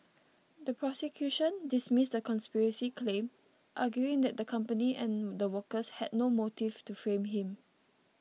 the prosecution dismissed the conspiracy claim arguing that the company and the workers had no motive to frame him